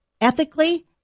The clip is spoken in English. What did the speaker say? ethically